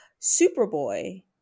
Superboy